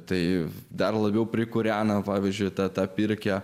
tai dar labiau prikūrena pavyzdžiui ta tą pirkią